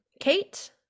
Kate